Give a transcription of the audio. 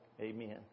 amen